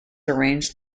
arranged